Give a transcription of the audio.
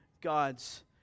God's